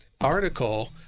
article